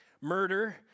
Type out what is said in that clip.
murder